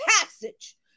passage